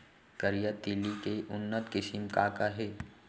करिया तिलि के उन्नत किसिम का का हे?